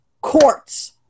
courts